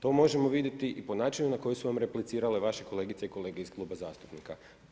To možemo vidjeti i po načinu na koji su vam replicirale vaše kolegice i kolege iz Kluba zastupnika.